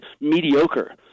mediocre